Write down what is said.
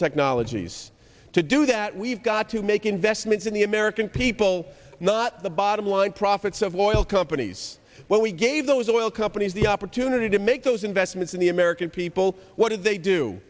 technologies to do that we've got to make investments in the american people not the bottom line profits of oil companies when we gave those oil companies the opportunity to make those investments in the american people what did they do